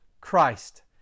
Christ